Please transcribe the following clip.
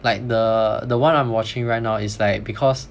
like the the one I'm watching right now is like because